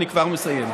אני כבר מסיים.